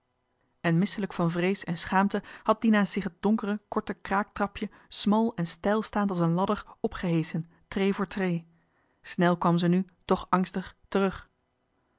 en misselijk van vrees en schaamte had dina zich het donkere korte kraaktrapje smal en steilstaand als een ladder opgeheschen treê voor treê snel kwam ze nu toch angstig terug